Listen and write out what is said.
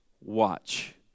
watch